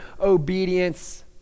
obedience